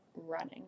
running